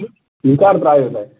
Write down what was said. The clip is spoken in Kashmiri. یہ کَر ترٛایٛاو تۄہہِ